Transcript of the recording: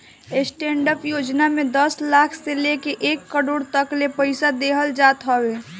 stand up योजना में दस लाख से लेके एक करोड़ तकले पईसा देहल जात हवे